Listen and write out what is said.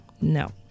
No